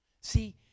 See